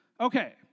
Okay